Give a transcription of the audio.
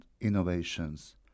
innovations